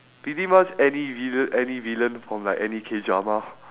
pretty much any villain any villain from like any K-drama